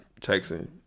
texting